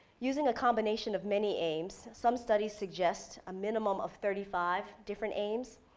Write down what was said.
using a combination of many aims, some studies suggest a minimum of thirty five different aims,